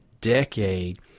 decade